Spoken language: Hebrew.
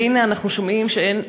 והנה אנחנו שומעים שאין,